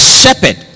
shepherd